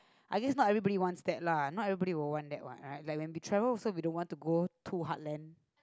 I guess not everybody wants that lah not everybody will want that wat right like when we travel we also don't want to go too heartland